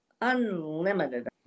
unlimited